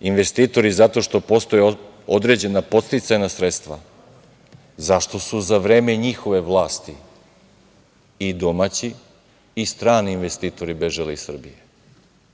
investitori zato što postoje određena podsticajna sredstva, zašto su za vreme njihove vlasti i domaći i strani investitori bežali iz Srbije?